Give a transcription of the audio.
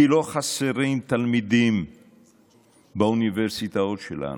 כי לא חסרים תלמידים באוניברסיטאות שלנו.